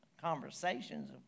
conversations